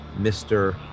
Mr